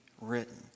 written